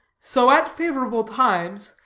so, at favorable times,